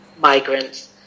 migrants